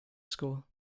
school